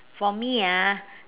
for me ah